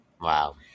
Wow